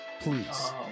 please